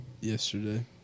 Yesterday